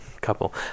couple